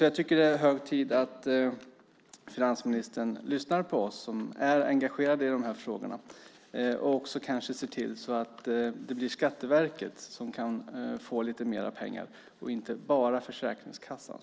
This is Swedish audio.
Jag tycker att det är hög tid att finansministern lyssnar på oss som är engagerade i de här frågorna och också kanske ser till att det blir Skatteverket som får lite mer pengar och inte bara Försäkringskassan.